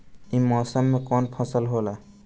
ई मौसम में कवन फसल होला?